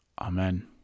Amen